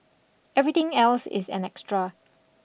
everything else is an extra